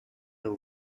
the